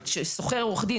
ששוכר עורך דין,